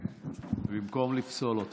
במקום לפסול אותך.